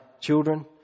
children